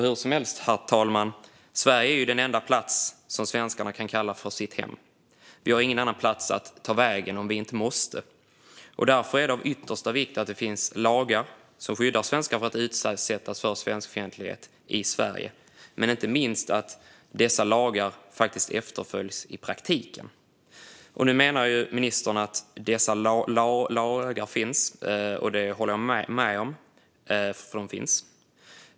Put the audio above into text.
Hur som helst, herr talman, är Sverige den enda plats som svenskarna kan kalla sitt hem. Vi har ingen annanstans att ta vägen om vi inte måste. Därför är det av yttersta vikt att det finns lagar som skyddar svenskar från att utsättas för svenskfientlighet i Sverige och inte minst att dessa lagar faktiskt följs i praktiken. Ministern menar att dessa lagar finns, och det håller jag med om.